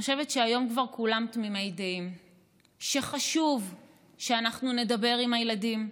אני חושבת שהיום כולם כבר תמימי דעים שחשוב שאנחנו נדבר עם הילדים,